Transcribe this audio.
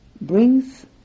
brings